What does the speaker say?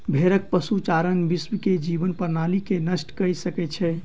भेड़क पशुचारण विश्व के जीवन प्रणाली के नष्ट कय सकै छै